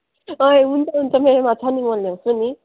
अँ हुन्छ हुन्छ मेरोमा छ नि म ल्याउँछु नि